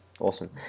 Awesome